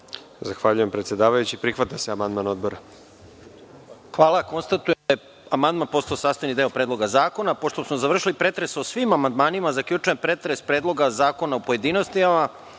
Zahvaljujem predsedavajući. Prihvata se amandman Odbora. **Žarko Korać** Konstatujem da je amandman postao sastavni deo Predloga zakona. Pošto smo završili pretres o svim amandmanima zaključujem pretres Predloga zakona u pojedinostima